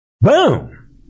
Boom